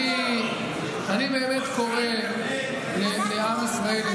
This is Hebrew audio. אני באמת קורא לעם ישראל,